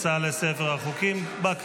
ונכנסה לספר החוקים.